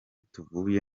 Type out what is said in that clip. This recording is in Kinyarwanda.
tuvuye